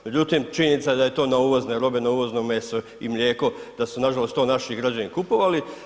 Međutim, činjenica je da je to na uvozne robe, na uvozno meso i mlijeko da su nažalost to naši građani kupovali.